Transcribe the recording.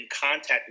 contact